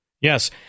Yes